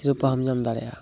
ᱥᱤᱨᱯᱟᱦᱚᱸᱢ ᱧᱟᱢ ᱫᱟᱲᱮᱭᱟᱜᱼᱟ